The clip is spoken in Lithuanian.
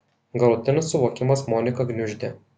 galutinis suvokimas moniką gniuždė